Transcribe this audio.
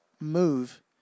move